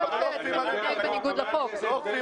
אבל לא אוכפים עליהם את החוק.